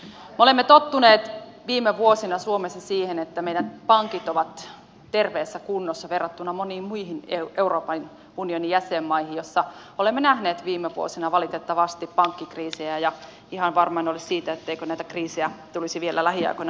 me olemme tottuneet viime vuosina suomessa siihen että meidän pankkimme ovat terveessä kunnossa verrattuna moniin muihin euroopan unionin jäsenmaihin joissa olemme nähneet viime vuosina valitettavasti pankkikriisejä ja ihan varma en ole siitä etteikö näitä kriisejä tulisi vielä lähiaikoina nähdyksi lisää